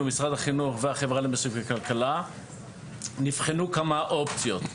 משרד החינוך והחברה למשק וכלכלה נבחנו כמה אופציות.